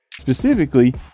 Specifically